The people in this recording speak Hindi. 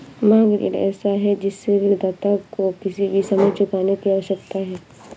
मांग ऋण ऐसा है जिससे ऋणदाता को किसी भी समय चुकाने की आवश्यकता है